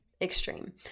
extreme